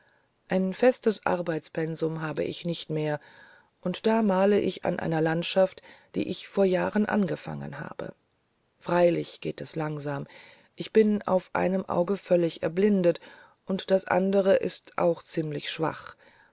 ein festes arbeitspensum habe ich nicht mehr und da male ich an einer landschaft die ich vor jahren angefangen habe freilich geht es langsam ich bin auf dem einen auge völlig erblindet und das andere ist auch ziemlich schwach